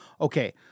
okay